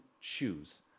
choose